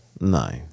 No